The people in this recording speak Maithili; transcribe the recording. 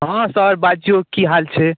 हँ सर बाजिऔ की हाल छै